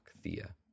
Thea